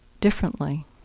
differently